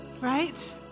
right